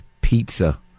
pizza